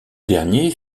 dernier